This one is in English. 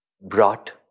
brought